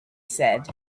said